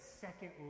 second